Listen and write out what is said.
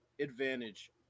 advantage